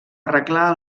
arreglar